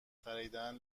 خریدن